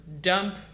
dump